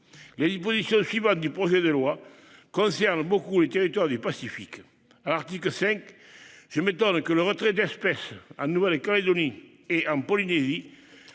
Les dispositions suivantes du projet de loi concernent largement les territoires du Pacifique. À l'article 5, je m'étonne que le retrait d'espèces en Nouvelle-Calédonie et en Polynésie